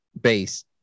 base